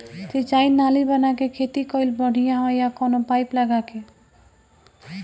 सिंचाई नाली बना के खेती कईल बढ़िया ह या कवनो पाइप लगा के?